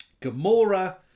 Gamora